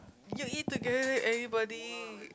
you eat together with anybody